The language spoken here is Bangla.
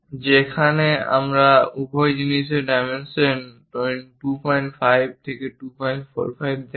যেখানে আমরা উভয় জিনিসের ডাইমেনশন 25 245 দেখাই